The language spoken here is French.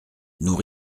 nous